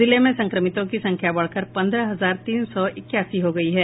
जिले में संक्रमितों की संख्या बढ़कर पंद्रह हजार तीन सौ इक्यासी हो गयी है